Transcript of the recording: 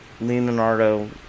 Leonardo